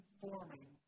forming